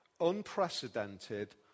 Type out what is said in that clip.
unprecedented